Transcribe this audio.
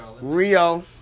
Rio